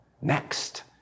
next